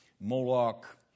Moloch